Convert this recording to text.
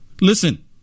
Listen